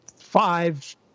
five